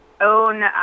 own